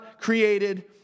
created